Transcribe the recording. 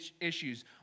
issues